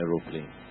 aeroplane